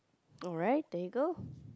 alright there you go